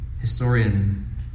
historian